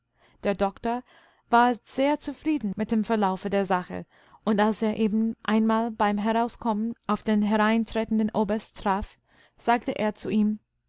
der doktor war sehr zufrieden mit dem verlaufe der sache und als er eben einmal beim herauskommen auf den hereintretenden oberst traf sagte er zu ihm